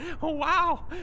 Wow